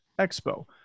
Expo